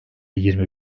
yirmi